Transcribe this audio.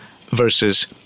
versus